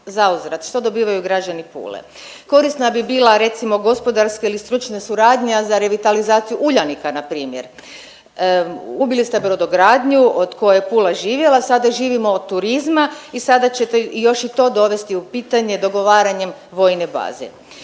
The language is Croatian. što dobivaju građani Pule? Korisna bi bila recimo gospodarska ili stručna suradnja za revitalizaciju Uljanika na primjer. Ubili ste brodogradnju od koje je Pula živjela, sada živimo od turizma i sada ćete još i to dovesti u pitanje dogovaranjem vojne baze.